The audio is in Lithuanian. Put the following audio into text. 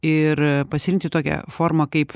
ir pasirinkti tokią formą kaip